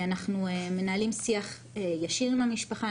אנחנו מנהלים שיח ישיר עם המשפחה.